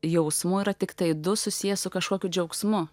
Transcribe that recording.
jausmų yra tiktai du susiję su kažkokiu džiaugsmu